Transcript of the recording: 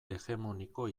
hegemoniko